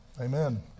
Amen